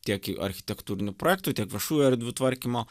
tiek architektūrinių projektų tiek viešųjų erdvių tvarkymo